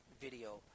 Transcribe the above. video